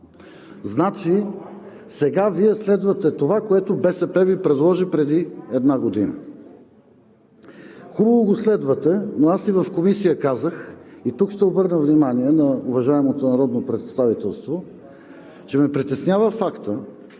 Значи сега Вие следвате това, което БСП Ви предложи преди една година. Хубаво го следвате, но и в Комисията казах, и тук ще обърна внимание на уважаемото народно представителство, че ме притеснява фактът,